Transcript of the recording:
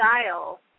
style